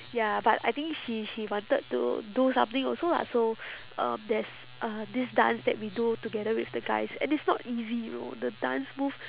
ya but I think she she wanted to do something also lah so uh there's this dance that we do together with the guys and it's not easy you know the dance move